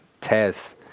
test